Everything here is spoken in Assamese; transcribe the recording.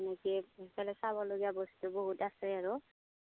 মানে কি সেইফালে চাবলগীয়া বস্তুবোৰ বহুত আছে আৰু